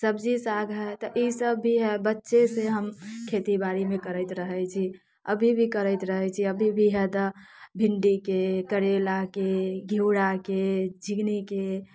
सब्जी साग हय तऽ ई सब भी हय बच्चे से हम खेती बारी भी करैत रही छी अभी भी करैत रहैत छी अभी भी हय तऽ भिंडीके करेलाके घिउराके झिंगुनीके